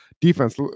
defense